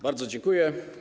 Bardzo dziękuję.